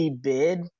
bid